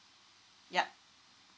yup